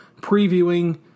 previewing